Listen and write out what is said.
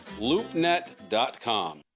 loopnet.com